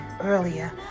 earlier